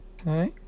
Okay